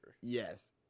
Yes